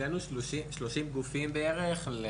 אצלנו כ-30 גופים בערך.